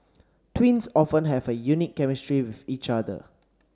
twins often have a unique chemistry with each other